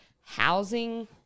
housing –